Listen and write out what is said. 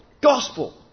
gospel